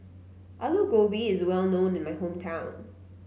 Alu Gobi is well known in my hometown